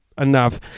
Enough